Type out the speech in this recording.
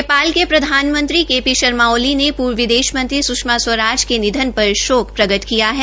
नेपाल के प्रधानमंत्री K P Sharma Oli ने पूर्व विदेश मंत्री सुषमा स्वराज के निधन पर शोक प्रकट किया है